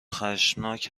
خشمناک